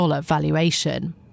valuation